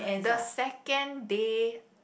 the second day